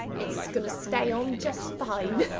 it's gonna stay on just fine!